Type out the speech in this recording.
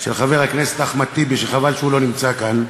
של חבר הכנסת אחמד טיבי, וחבל שהוא לא נמצא כאן,